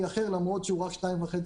אחר, למרות שהוא רק 2.5%,